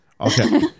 Okay